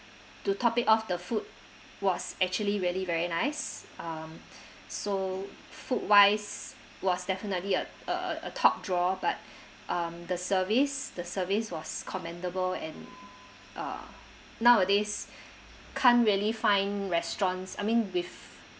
to top it off the food was actually really very nice um so food wise was definitely a a a a top draw but um the service the service was commendable and uh nowadays can't really find restaurants I mean with